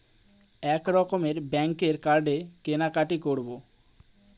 এক রকমের ব্যাঙ্কের কার্ডে কেনাকাটি করব